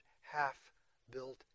half-built